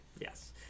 Yes